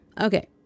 Okay